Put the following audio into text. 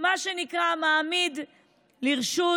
מה שנקרא מעמיד לרשות